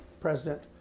president